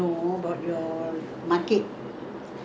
old estate school your old school lah